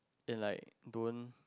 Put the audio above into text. is like don't